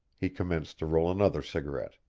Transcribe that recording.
he commenced to roll another cigarette.